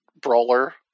brawler